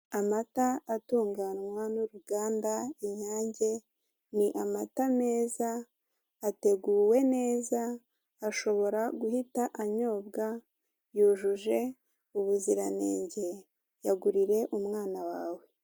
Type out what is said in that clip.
Amata atunganywa n'uruganda inyange ni amata meza, ateguwe neza ashobora guhita anyobwa yujuje ubuziranenge yagurire umwana wawe.